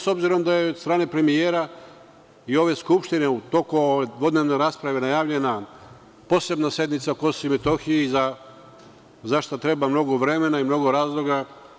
S obzirom da je od strane premijera i ove Skupštine u toku ove dvodnevne rasprave najavljena posebna sednica o Kosovu i Metohiji za šta treba mnogo vremena i mnogo razloga.